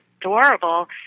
adorable